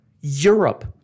Europe